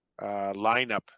lineup